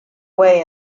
way